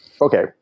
okay